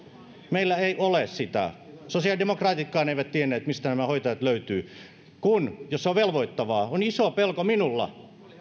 meillä ei ole sitä sosiaalidemokraatitkaan eivät tienneet mistä nämä hoitajat löytyvät jos se on velvoittavaa on iso pelko minulla